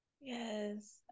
yes